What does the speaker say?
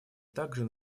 также